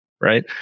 right